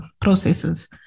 processes